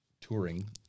touring